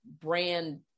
brand